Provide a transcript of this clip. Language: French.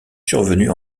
survenue